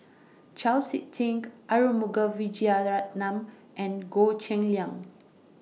Chau Sik Ting Arumugam Vijiaratnam and Goh Cheng Liang